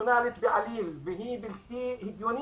פרופורציונלית בעליל והיא בלתי הגיונית.